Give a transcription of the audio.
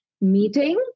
meeting